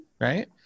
right